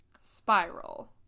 spiral